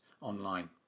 online